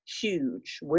huge